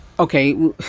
Okay